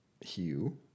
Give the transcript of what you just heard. hue